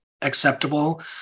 acceptable